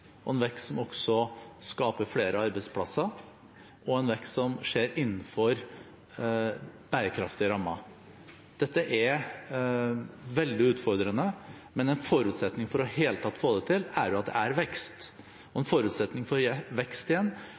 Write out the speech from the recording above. en vekst som også skaper flere arbeidsplasser og som skjer innenfor bærekraftige rammer. Dette er veldig utfordrende, men en forutsetning for i det hele tatt å få det til er at det er vekst. En forutsetning for vekst